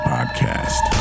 Podcast